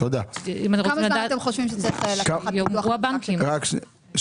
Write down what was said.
כמה זמן אתם חושבים שצריך לקחת בניית ממשק כזה?